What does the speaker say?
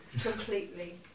Completely